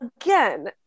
again